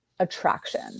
attraction